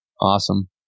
awesome